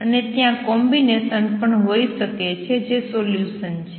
અને ત્યાં કોમ્બિનેસન પણ હોઈ શકે છે જે સોલ્યુસન છે